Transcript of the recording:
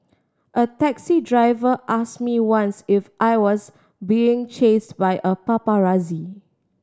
a taxi driver ask me once if I was being chased by a paparazzi